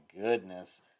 goodness